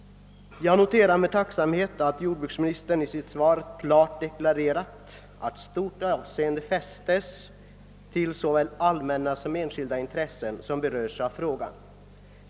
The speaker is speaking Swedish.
Jag noterar med tacksamhet att jordbruksministern i sitt svar klart deklarerat att stort avseende fästs vid de allmänna och enskilda intressen som berörs av frågan.